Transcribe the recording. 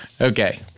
Okay